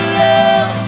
love